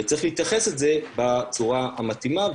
וצריך להתייחס לזה בצורה המתאימה,